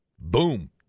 Boom